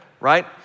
right